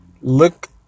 look